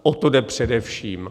O to jde především.